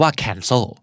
cancel